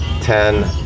ten